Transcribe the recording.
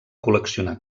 col·leccionar